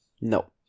No